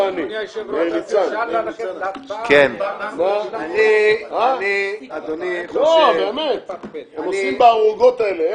אדוני, אני חושב שהוועדה לא